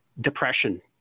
depression